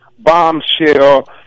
bombshell